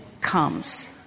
comes